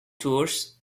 tours